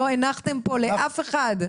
לא הנחתם פה לאף אחד.